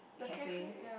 cafe